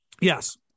Yes